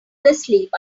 asleep